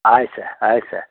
ಆಯ್ತು ಸರ್ ಆಯ್ತು ಸರ್